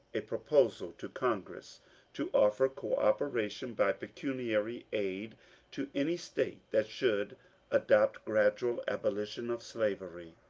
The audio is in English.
a proposal to congress to offer cooperation by pecuniary aid to any state that should adopt gradual abolition of slavery.